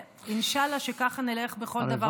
אינשאללה שככה נלך בכל דבר ועניין.